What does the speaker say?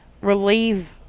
Relieve